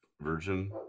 version